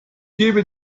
gebe